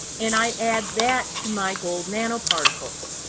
and i add that to my gold nanoparticles.